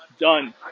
done